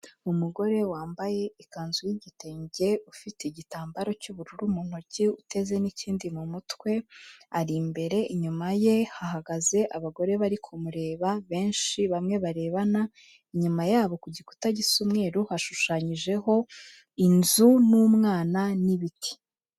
Umugore wambaye ikanzu y'igitenge, ufite igitambaro cy'ubururu mu ntoki, uteze n'ikindi mu mutwe, ari imbere, inyuma ye hahagaze abagore bari kumureba benshi, bamwe barebana, inyuma yabo ku gikuta gisa umweru, hashushanyijeho inzu n'umwana n'ibiti.